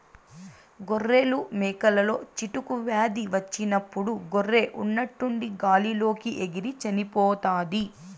గొర్రెలు, మేకలలో చిటుకు వ్యాధి వచ్చినప్పుడు గొర్రె ఉన్నట్టుండి గాలి లోకి ఎగిరి చనిపోతాది